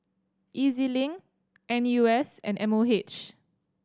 E Z Link N U S and M O H